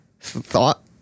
thought